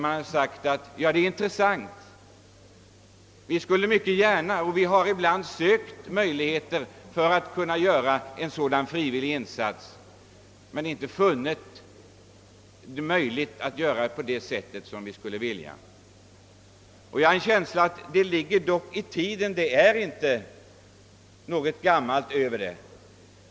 Man har sagt: Tanken är intressant, vi har ibland sökt en möjlighet att kunna göra en sådan frivillig insats men inte kunnat finna den. Detta är inte någon föråldrad tanke.